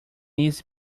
easy